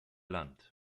land